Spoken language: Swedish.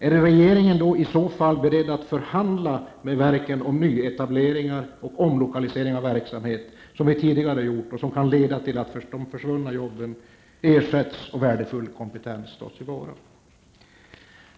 Är regeringen i så fall beredd att förhandla med verken om nyetableringar och omlokalisering av verken? Sådant har gjorts tidigare och kan leda till att försvunna arbetstillfällen ersätts och att värdefull kompetens tas till vara.